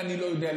אני לא יודע מה.